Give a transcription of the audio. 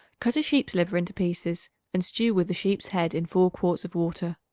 cut a sheep's liver into pieces and stew with the sheep's head in four quarts of water.